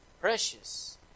Precious